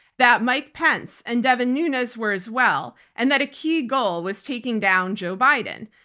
that mike pence and devin nunes were as well. and that a key goal was taking down joe biden.